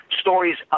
stories